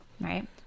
right